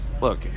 look